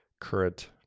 current